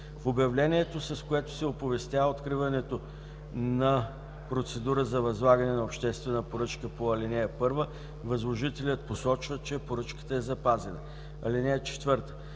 В обявлението, с което се оповестява откриването на процедура за възлагане на обществена поръчка по ал. 1, възложителят посочва, че поръчката е запазена. (4)